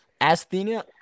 Asthenia